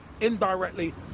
Indirectly